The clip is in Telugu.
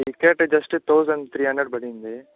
ticket just thousand three hundred పడింది